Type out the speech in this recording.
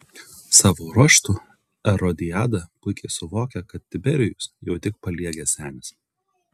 savo ruožtu erodiada puikiai suvokia kad tiberijus jau tik paliegęs senis